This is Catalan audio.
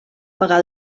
pagar